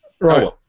Right